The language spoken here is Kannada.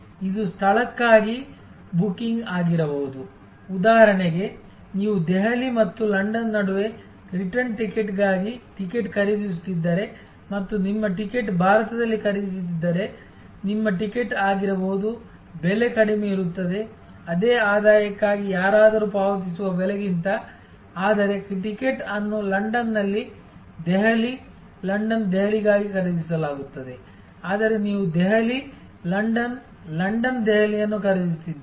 ಇದು ಸ್ಥಳಕ್ಕಾಗಿ ಬುಕಿಂಗ್ ಆಗಿರಬಹುದು ಉದಾಹರಣೆಗೆ ನೀವು ದೆಹಲಿ ಮತ್ತು ಲಂಡನ್ ನಡುವೆ ರಿಟರ್ನ್ ಟಿಕೆಟ್ಗಾಗಿ ಟಿಕೆಟ್ ಖರೀದಿಸುತ್ತಿದ್ದರೆ ಮತ್ತು ನಿಮ್ಮ ಟಿಕೆಟ್ ಭಾರತದಲ್ಲಿ ಖರೀದಿಸಿದ್ದರೆ ನಿಮ್ಮ ಟಿಕೆಟ್ ಆಗಿರಬಹುದು ಬೆಲೆ ಕಡಿಮೆ ಇರುತ್ತದೆ ಅದೇ ಆದಾಯಕ್ಕಾಗಿ ಯಾರಾದರೂ ಪಾವತಿಸುವ ಬೆಲೆಗಿಂತ ಆದರೆ ಟಿಕೆಟ್ ಅನ್ನು ಲಂಡನ್ನಲ್ಲಿ ದೆಹಲಿ ಲಂಡನ್ ದೆಹಲಿಗಾಗಿ ಖರೀದಿಸಲಾಗುತ್ತದೆ ಆದರೆ ನೀವು ದೆಹಲಿ ಲಂಡನ್ ಲಂಡನ್ ದೆಹಲಿಯನ್ನು ಖರೀದಿಸುತ್ತಿದ್ದೀರಿ